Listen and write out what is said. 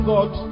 God